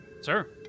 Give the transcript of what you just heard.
Sir